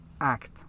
act